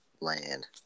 land